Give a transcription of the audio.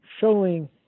showing